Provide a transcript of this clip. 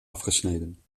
afgesneden